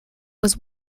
was